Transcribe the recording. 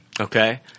Okay